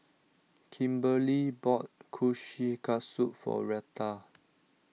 Kimberli bought Kushikatsu for Reta